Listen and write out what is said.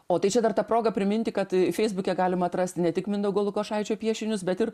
o tai čia dar ta proga priminti kad i feisbuke galima atrasti ne tik mindaugo lukošaičio piešinius bet ir